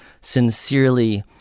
sincerely